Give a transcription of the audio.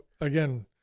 again